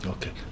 Okay